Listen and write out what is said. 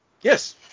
Yes